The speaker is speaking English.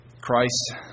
Christ